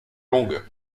longues